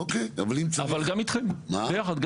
אבל גם אתכם ביחד.